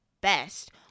best